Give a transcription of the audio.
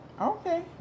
Okay